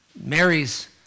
Mary's